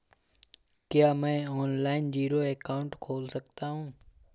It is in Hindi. क्या मैं ऑनलाइन जीरो अकाउंट खोल सकता हूँ?